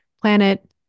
planet